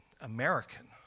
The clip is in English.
American